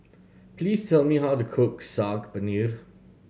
please tell me how to cook Saag Paneer